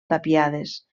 tapiades